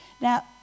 Now